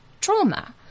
trauma